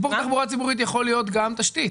תחבורה ציבורית יכול להיות גם תשתית.